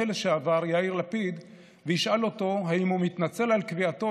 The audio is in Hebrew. לשעבר יאיר לפיד וישאל אותו אם הוא מתנצל על קביעתו